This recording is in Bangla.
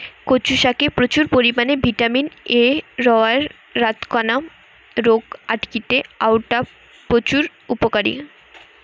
কচু শাকে প্রচুর পরিমাণে ভিটামিন এ রয়ায় রাতকানা রোগ আটকিতে অউটা প্রচুর উপকারী